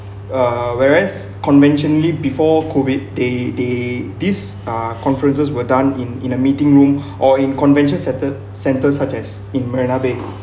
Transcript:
uh whereas conventionally before COVID they they these are conferences were done in in a meeting room or in convention centre centres such as in marina bay